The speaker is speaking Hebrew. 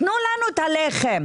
תנו לנו את הלחם.